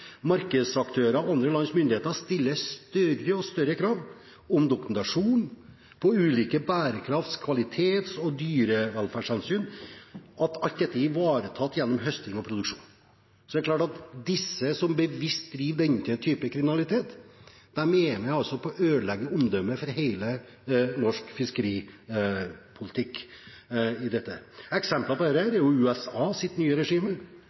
Markedsaktører og andre lands myndigheter stiller større og større krav til dokumentasjon og til at ulik bærekraftskvalitet og dyrevelferdshensyn er ivaretatt gjennom høsting og produksjon. Så er det klart at de som bevisst bedriver denne typen kriminalitet, er med på å ødelegge omdømmet for hele norsk fiskeripolitikk i dette. Eksempler på dette er USAs nye regime,